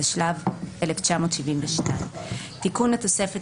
התשל"ב 1972. התובע" תיקון התוספת